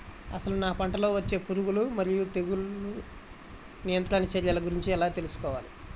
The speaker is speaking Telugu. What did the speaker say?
అసలు నా పంటలో వచ్చే పురుగులు మరియు తెగులుల నియంత్రణ చర్యల గురించి ఎలా తెలుసుకోవాలి?